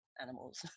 animals